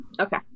Okay